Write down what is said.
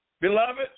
Beloved